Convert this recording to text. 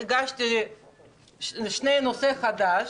הגשתי שתי בקשות לנושא חדש,